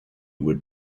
would